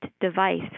device